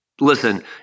listen